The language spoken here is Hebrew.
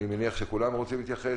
אני מניח שכולנו רוצים להתייחס,